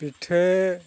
ᱯᱤᱴᱷᱟᱹ